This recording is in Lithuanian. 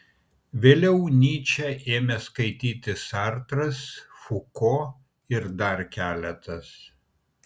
vėliau nyčę ėmė skaityti sartras fuko ir dar keletas